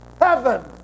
heaven